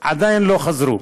עדיין לא חזרו,